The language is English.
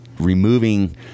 removing